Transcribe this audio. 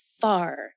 far